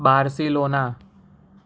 Barcelona